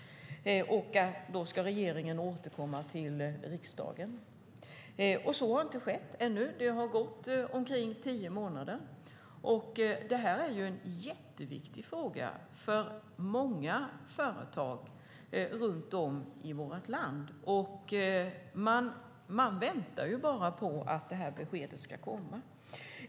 Det betyder att regeringen ska återkomma till riksdagen. Men så har ännu inte skett, och det har gått cirka tio månader. Det här är en jätteviktig fråga för många företag runt om i vårt land. Man väntar bara på att detta besked ska komma.